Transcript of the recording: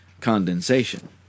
condensation